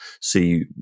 see